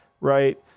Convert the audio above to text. right